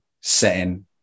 setting